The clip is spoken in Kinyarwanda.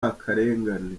akarengane